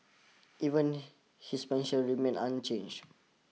even his methods remain unchanged